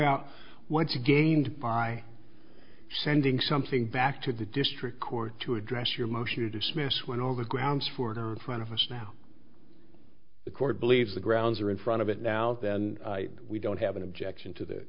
out once again by sending something back to the district court to address your motion to dismiss when all the grounds for it on front of us now the court believes the grounds are in front of it now then we don't have an objection to that